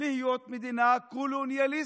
להיות מדינה קולוניאליסטית.